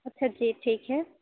اچھا جی ٹھیک ہے